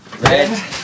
Red